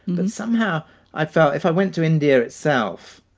but somehow i felt if i went to india itself,